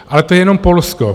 Ale to je jenom Polsko.